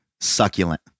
Succulent